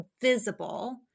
visible